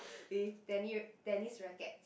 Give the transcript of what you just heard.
with tenni~ tennis rackets